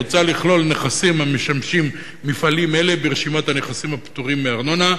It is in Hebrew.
מוצע לכלול נכסים המשמשים מפעלים אלה ברשימת הנכסים הפטורים מארנונה.